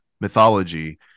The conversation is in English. mythology